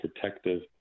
protective